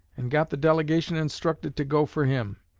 and got the delegation instructed to go for him.